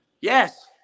Yes